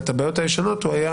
ואת הבעיות הישנות הוא היה